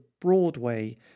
Broadway